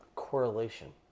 correlation